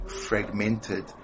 fragmented